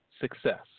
success